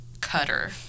cutter